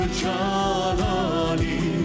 chalani